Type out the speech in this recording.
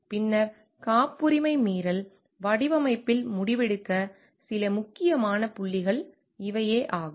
பின்னர் காப்புரிமை மீறல் வடிவமைப்பில் முடிவெடுக்க சில முக்கியமான புள்ளிகள் இவையாகும்